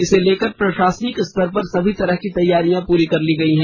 इसे लेकर प्रशासनिक स्तर पर सभी तरह की तैयारियां पूरी कर ली गई हैं